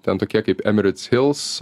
ten tokie kaip m recyls